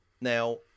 Now